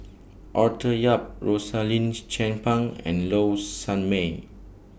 Arthur Yap Rosaline Chan Pang and Low Sanmay